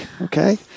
Okay